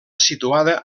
situada